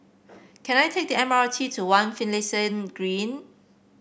can I take the M R T to One Finlayson Green